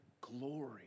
glory